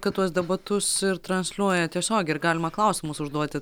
kad tuos debatus ir transliuoja tiesiogiai ir galima klausimus užduoti